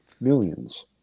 millions